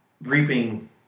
reaping